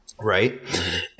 right